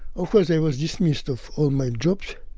of course i was dismissed of all my jobs.